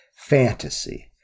fantasy